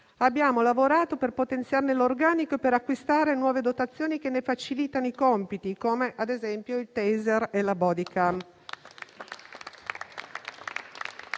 abbiamo lavorato per potenziarne l'organico e per acquistare nuove dotazioni che ne facilitino i compiti, come ad esempio il *taser* e la *bodycam.*